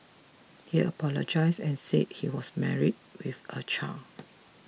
he apologise and say he was married with a child